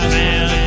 man